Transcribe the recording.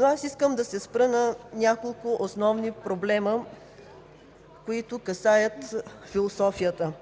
Аз искам да се спра на няколко основни проблема, които касаят философията.